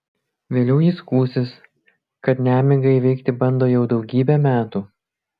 vėliau ji skųsis kad nemigą įveikti bando jau daugybę metų